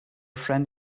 friend